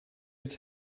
its